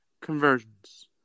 conversions